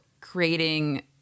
creating